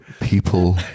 People